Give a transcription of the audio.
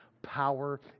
power